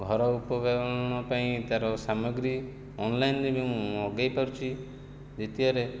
ଘର ଉପକରଣ ପାଇଁ ତାର ସାମଗ୍ରୀ ଅନଲାଇନରେ ବି ମୁଁ ମଗାଇ ପାରୁଛି ଦ୍ଵିତୀୟରେ